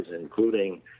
including